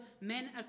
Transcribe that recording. Men